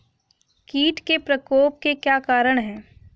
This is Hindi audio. कीट के प्रकोप के क्या कारण हैं?